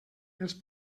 els